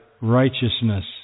righteousness